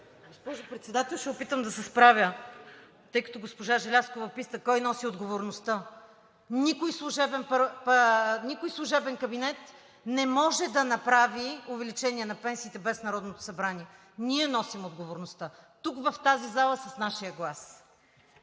Госпожо Председател, ще опитам да се справя, тъй като госпожа Желязкова пита кой носи отговорността. Никой служебен кабинет не може да направи увеличение на пенсиите без Народното събрание. Ние носим отговорността тук, в тази зала – с нашия глас!